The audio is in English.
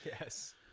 Yes